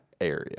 area